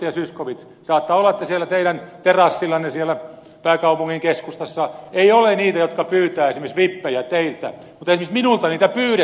zyskowicz saattaa olla että siellä teidän terassillanne pääkaupungin keskustassa ei ole niitä jotka pyytävät esimerkiksi vippejä teiltä mutta esimerkiksi minulta niitä pyydetään usein